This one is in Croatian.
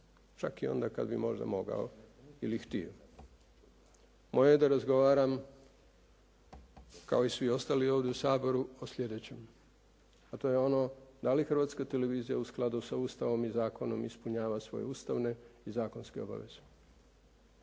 čak i onda kad bi možda mogao ili htio. Moje je da razgovaram kao i svi ostali ovdje u Saboru o sljedećem, a to je ono da li Hrvatska televizija u skladu s Ustavom i zakonom ispunjava svoje ustavne i zakonske obaveze.